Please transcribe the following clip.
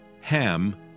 Ham